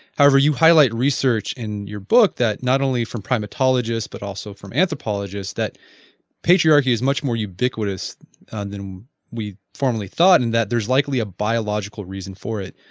however, you highlight research in your book that not only from primatologists but also from anthropologists that patriarchy is much more ubiquitous than we formerly thought and that there is likely a biological reason for it.